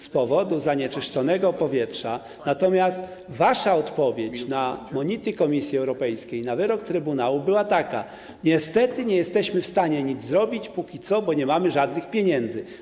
z powodu zanieczyszczonego powietrza, natomiast wasza odpowiedź na monity Komisji Europejskiej i na wyrok Trybunału była taka: niestety, nie jesteśmy w stanie nic zrobić, bo nie mamy żadnych pieniędzy.